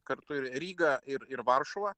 kartu ir ryga ir ir varšuva